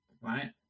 right